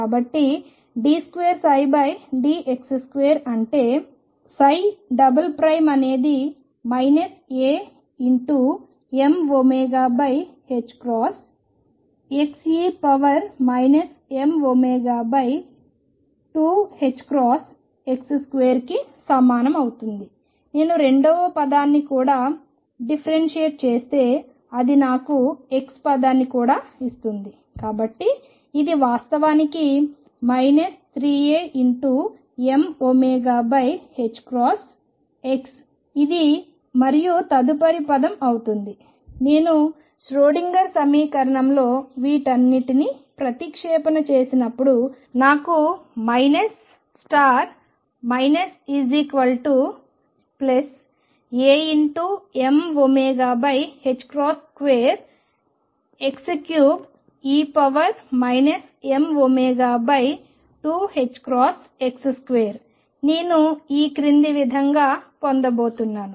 కాబట్టి d2dx2 అంటే ψ అనేది Amωxe mω2ℏx2 కి సమానం అవుతుంది నేను రెండవ పదాన్ని కూడా డిఫరెన్షియేట్ చేస్తే అది నాకు x పదాన్ని కూడా ఇస్తుంది కాబట్టి ఇది వాస్తవానికి 3Amωx ఇది మరియు తదుపరి పదం అవుతుంది నేను స్క్రోడింగర్ సమీకరణంలో వీటన్నింటిని ప్రతిక్షేపణ చేసినప్పుడు నాకు minus minus plus Amω2x3e mω2ℏx2 నేను ఈ క్రింది విధంగా పొందబోతున్నాను